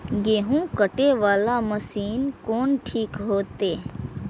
गेहूं कटे वाला मशीन कोन ठीक होते?